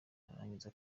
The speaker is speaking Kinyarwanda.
arangiza